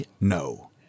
no